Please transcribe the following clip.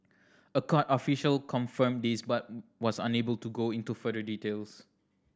a court official confirmed this but was unable to go into further details